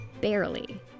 barely